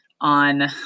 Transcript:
on